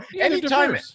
Anytime